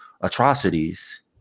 atrocities